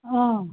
অ